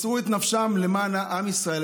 מסרו את נפשם למען עם ישראל,